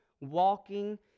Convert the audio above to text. walking